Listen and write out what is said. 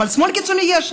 אבל שמאל קיצוני יש,